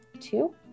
two